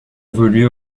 évolué